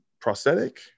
prosthetic